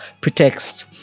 pretext